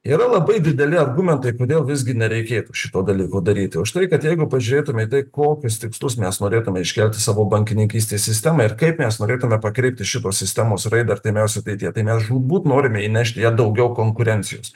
yra labai dideli argumentai kodėl visgi nereikėtų šito dalyko daryti už tai kad jeigu pažiūrėtumėte į kokius tikslus mes norėtumėme iškelti savo bankininkystės sistemą ir kaip mes norėtume pakreipti šitos sistemos raidą artimiausioj ateityje tai mes žūtbūt norime įnešti į ją daugiau konkurencijos